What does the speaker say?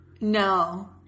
No